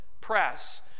press